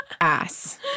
ass